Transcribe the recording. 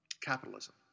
capitalism